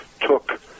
took